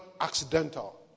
accidental